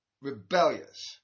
rebellious